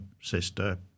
sister